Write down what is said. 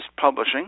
Publishing